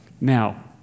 Now